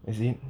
as in